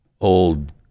old